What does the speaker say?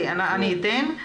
אני אתן,